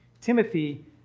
Timothy